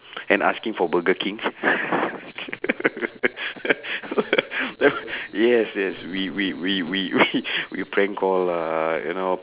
and asking for burger king so uh ya yes yes we we we we we prank call uh you know